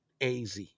AZ